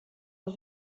dat